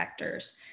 vectors